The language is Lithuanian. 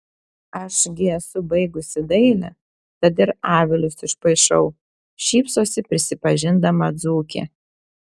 aš gi esu baigusi dailę tad ir avilius išpaišau šypsosi prisipažindama dzūkė